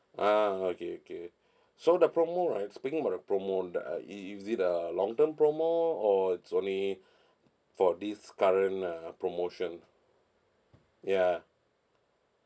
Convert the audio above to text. ah okay okay so the promo right speaking about the promo uh it is it a long term promo or it's only for this current uh promotion ya